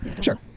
Sure